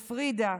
לפרידה,